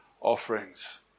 offerings